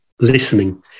listening